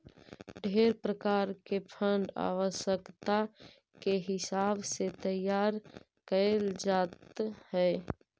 ढेर प्रकार के फंड आवश्यकता के हिसाब से तैयार कैल जात हई